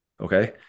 Okay